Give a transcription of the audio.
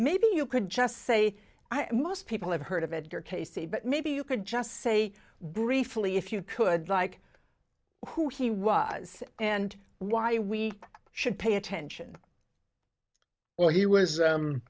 maybe you could just say i mean most people have heard of edgar cayce say but maybe you could just say briefly if you could like who he was and why we should pay attention well he was